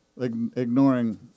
ignoring